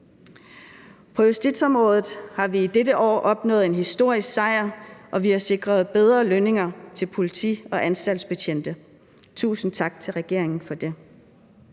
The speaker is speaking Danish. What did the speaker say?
På justitsområdet har vi i dette år opnået en historisk sejr, og vi har sikret bedre lønninger til politi- og anstaltsbetjente – tusind tak til regeringen for det.